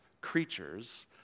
creatures